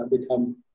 become